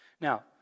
Now